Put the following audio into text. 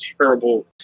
terrible